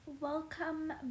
Welcome